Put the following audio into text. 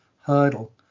hurdle